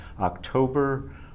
October